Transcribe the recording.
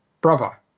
brother